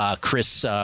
Chris